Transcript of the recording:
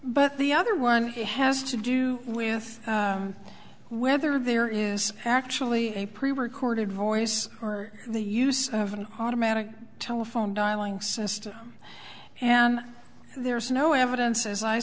but the other one has to do with whether there is actually a pre recorded voice or the use of an automatic telephone dialing system and there is no evidence as i